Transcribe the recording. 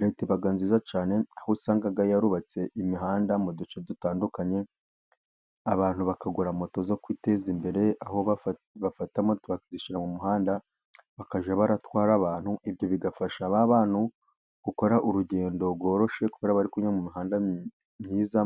Leta iba nziza cyane aho usanga yarubatse imihanda mu duce dutandukanye, abantu bakagura moto zo kwiteza imbere, aho bafata moto bakazishyira mu muhanda bakajya batwara abantu, ibyo bigafasha ba bantu gukora urugendo rworoshye kubera ko bari kunyura mu mihanda myiza,